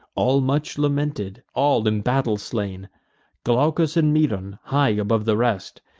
all much lamented, all in battle slain glaucus and medon, high above the rest,